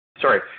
Sorry